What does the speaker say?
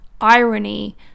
irony